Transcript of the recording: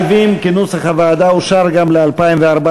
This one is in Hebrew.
סעיף 70, שיכון, לשנת התקציב 2014,